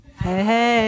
Hey